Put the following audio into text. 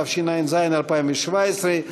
התשע"ז 2017,